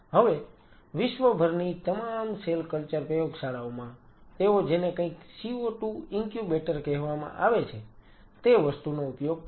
હવે વિશ્વભરની તમામ સેલ કલ્ચર પ્રયોગશાળાઓમાં તેઓ જેને કંઈક CO2 ઇન્ક્યુબેટર કહેવામાં આવે છે તે વસ્તુનો ઉપયોગ કરે છે